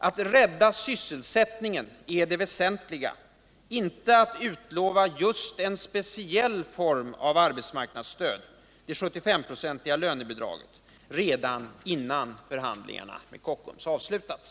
Att rädda sysselsättningen är det väsentliga, inte att utlova just en speciell form av arbetsmarknadsstöd — det 75-procentiga lönebidraget — redan innan förhandlingarna med Kockums har avslutats.